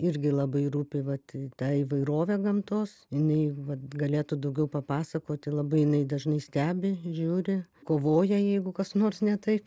irgi labai rūpi vat ta įvairovė gamtos jinai vat galėtų daugiau papasakoti labai jinai dažnai stebi žiūri kovoja jeigu kas nors ne taip